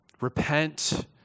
Repent